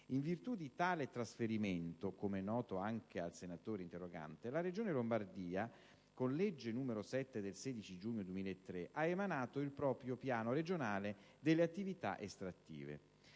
In virtù di tale trasferimento, come è noto anche alla senatrice interrogante, la Regione Lombardia (con legge n. 7 del 16 giugno 2003) ha emanato il proprio piano regionale delle attività estrattive.